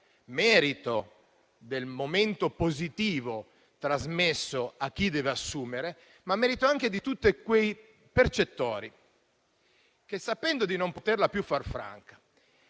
merito del momento positivo trasmesso a chi deve assumere, ma merito anche di tutti quei percettori che, sapendo di non poterla più far franca